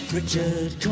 Richard